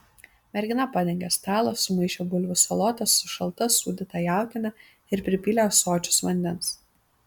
mergina padengė stalą sumaišė bulvių salotas su šalta sūdyta jautiena ir pripylė ąsočius vandens